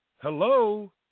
Hello